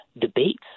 debates